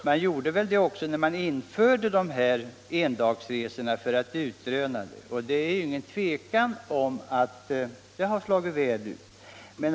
Det gjorde väl SJ också när dessa endagsresor infördes. Det är ju inget tvivel om att de har slagit väl ut.